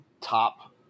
top